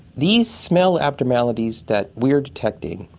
these smell abnormalities that we are detecting,